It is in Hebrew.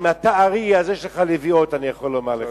אם אתה ארי, אז יש לך לביאות, אני יכול לומר לך,